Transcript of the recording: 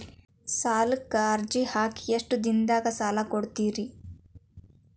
ಸಾಲಕ ಅರ್ಜಿ ಹಾಕಿ ಎಷ್ಟು ದಿನದಾಗ ಸಾಲ ಕೊಡ್ತೇರಿ?